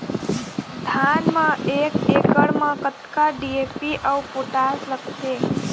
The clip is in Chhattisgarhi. धान म एक एकड़ म कतका डी.ए.पी अऊ पोटास लगथे?